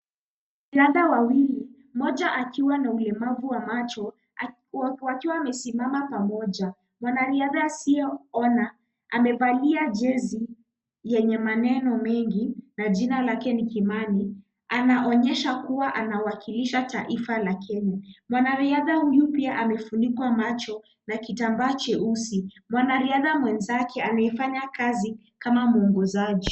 Dada wawili mmoja akiwa na ulemavu wa macho wakiwa wamesimama pamoja. Mwanariadha asiye ona amevalia jezi yenye maneno mengi na jina lake ni Kimani. Anaonyesha kua anawakilisha taifa la Kenya. Mwanariadha huyu pia amefunikwa macho na kitambaa cheusi. Mwanariadha mwenzake amefanya kazi kama mwongozaji.